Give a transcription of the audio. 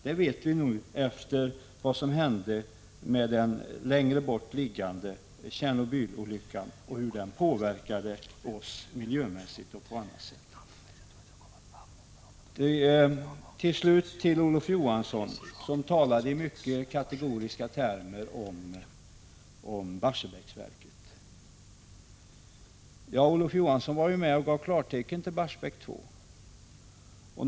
Det förstår vi efter vad som hände vid olyckan i det längre bort liggande Tjernobyl och hur den olyckan påverkade miljön och oss människor. Till slut vill jag säga några ord till Olof Johansson som talade i mycket kategoriska termer om Barsebäcksverket. Olof Johansson var ju med och gav klartecken till Barsebäck 2.